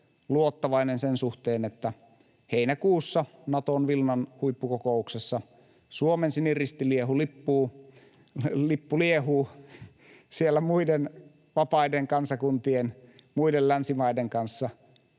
luottavainen sen suhteen, että heinäkuussa Naton Vilnan huippukokouksessa Suomen siniristilippu liehuu siellä muiden vapaiden kansakuntien, muiden länsimaiden kanssa